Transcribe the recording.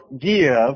give